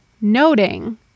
noting